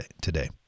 today